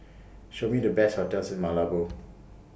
Show Me The Best hotels in Malabo